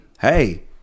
hey